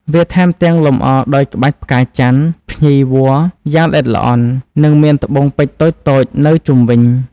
វាថែមទាំងលម្អដោយក្បាច់ផ្កាចន្ទន៍ ភ្ញីវល្លិ យ៉ាងល្អិតល្អន់ និងមានត្បូងពេជ្រតូចៗនៅជុំវិញ។